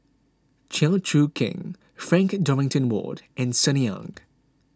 Chew Choo Keng Frank Dorrington Ward and Sunny Ang